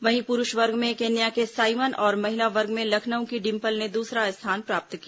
वहीं पुरूष वर्ग में केन्या के साइमन और महिला वर्ग में लखनऊ की डिंपल ने दूसरा स्थान प्राप्त किया